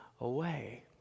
away